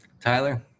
Tyler